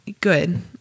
good